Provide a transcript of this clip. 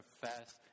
profess